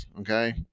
okay